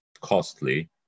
costly